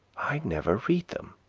i never read them.